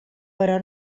però